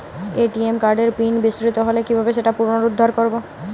ATM কার্ডের PIN বিস্মৃত হলে কীভাবে সেটা পুনরূদ্ধার করব?